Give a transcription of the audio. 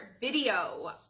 video